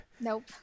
Nope